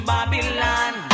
Babylon